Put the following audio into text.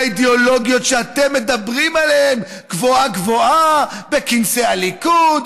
האידיאולוגיות שאתם מדברים עליהם גבוהה-גבוהה בכנסי הליכוד,